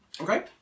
okay